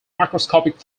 microscopic